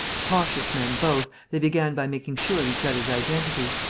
cautious men both, they began by making sure of each other's identity.